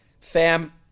Fam